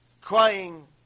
crying